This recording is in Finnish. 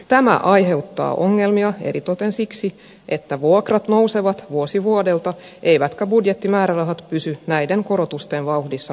tämä aiheuttaa ongelmia eritoten siksi että vuokrat nousevat vuosi vuodelta eivätkä budjettimäärärahat pysy näiden korotusten vauhdissa mukana